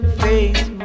face